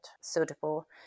suitable